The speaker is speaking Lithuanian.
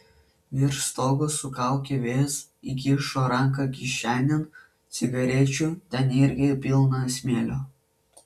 virš stogo sukaukė vėjas įkišo ranką kišenėn cigarečių ten irgi pilna smėlio